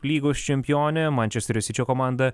lygos čempionę mančesterio sičio komandą